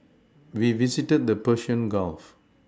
we visited the Persian Gulf